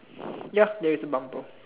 ya there is a bumper